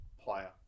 player